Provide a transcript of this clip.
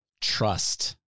trust